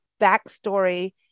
backstory